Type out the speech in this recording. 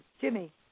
Jimmy